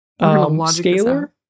Scalar